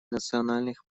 национальных